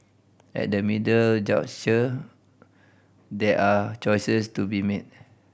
at the middle juncture there are choices to be made